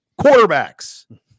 Quarterbacks